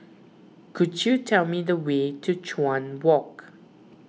could you tell me the way to Chuan Walk